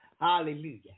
Hallelujah